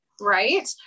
right